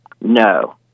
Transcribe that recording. No